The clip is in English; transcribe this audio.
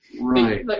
right